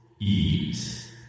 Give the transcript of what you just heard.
eat